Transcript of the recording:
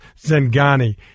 Zengani